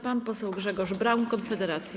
Pan poseł Grzegorz Braun, Konfederacja.